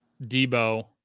Debo